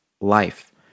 life